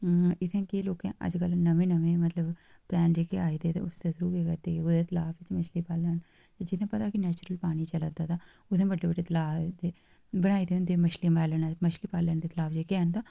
इत्थें केह् लोकें अजकल नमें नमें मतलब प्लॉन जेह्के आए दे ते ओह् उस्सै दे थ्रू केह् करदे के तलाऽ च मछली पालन ते जित्थै पता के नेचरल पानी चला दा ते उत्थै बड्डे बड्डे तलाऽ बनाए दे होंदे मछली पालन दे तलाऽ जेह्के हैन तां